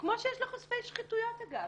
כמו שיש לחושפי שחיתויות, אגב.